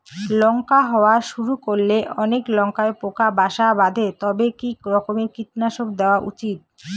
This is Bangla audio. লঙ্কা হওয়া শুরু করলে অনেক লঙ্কায় পোকা বাসা বাঁধে তবে কি রকমের কীটনাশক দেওয়া উচিৎ?